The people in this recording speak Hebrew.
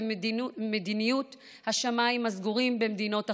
ומדיניות השמיים הסגורים במדינות אחרות,